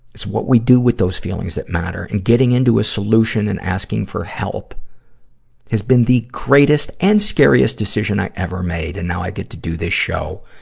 it's what we do with those feelings that matter, and getting into a solution and asking for help has been the greatest and scariest decision i ever made. and now i get to do this show